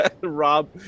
rob